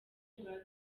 rwa